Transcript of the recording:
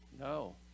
No